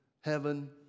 heaven